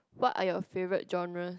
what are your favourite genres